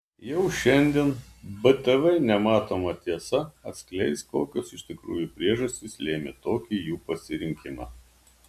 jau šiandien btv nematoma tiesa atskleis kokios iš tikrųjų priežastys lėmė tokį jų pasirinkimą